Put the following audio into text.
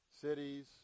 cities